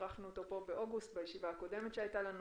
שאירחנו אותו פה באוגוסט בישיבה הקודמת שהייתה לנו,